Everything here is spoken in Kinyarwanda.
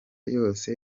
yose